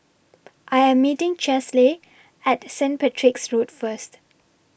I Am meeting Chesley At Street Patrick's Road First